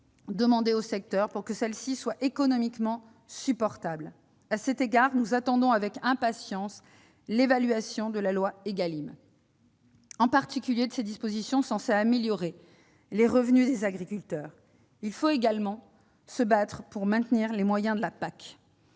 demandées au secteur, pour que celles-ci soient économiquement supportables. À cet égard, nous attendons avec impatience l'évaluation de la loi Égalim, en particulier de ses dispositions censées améliorer les revenus des agriculteurs. Il faut également se battre pour maintenir les moyens de la PAC,